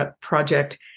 project